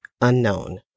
unknown